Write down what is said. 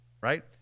Right